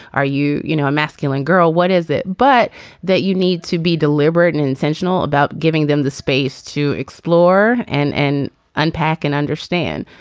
are you you know a masculine girl what is it. but that you need to be deliberate and intentional about giving them the space to explore and and unpack and understand.